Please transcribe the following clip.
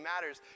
matters